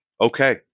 Okay